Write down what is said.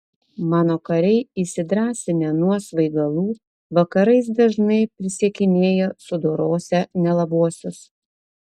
mano kariai įsidrąsinę nuo svaigalų vakarais dažnai prisiekinėja sudorosią nelabuosius